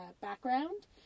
background